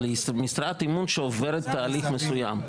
אבל היא משרת אמון שעוברת תהליך מסוים,